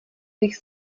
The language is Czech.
bych